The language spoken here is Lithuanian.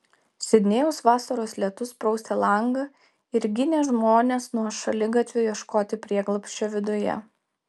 sidnėjaus vasaros lietus prausė langą ir ginė žmones nuo šaligatvio ieškoti prieglobsčio viduje